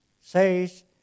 says